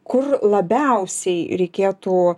kur labiausiai reikėtų